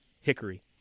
hickory